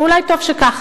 ואולי טוב שכך.